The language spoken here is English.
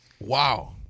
wow